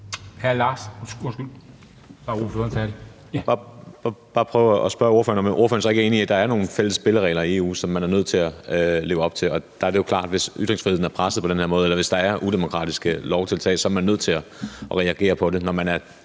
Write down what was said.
Lars Aslan Rasmussen (S): Jeg vil bare spørge ordføreren, om ordføreren så ikke er enig i, at der er nogle fælles spilleregler i EU, som man er nødt til at leve op til. Og der er det jo klart, at hvis ytringsfriheden er presset på den her måde, eller hvis der er udemokratiske lovtiltag, så er man nødt til at reagere på det, når man er